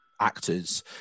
actors